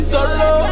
Solo